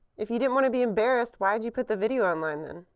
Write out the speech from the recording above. if you didn't want to be embarrassed, why'd you put the video online, then?